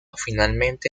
finalmente